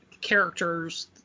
characters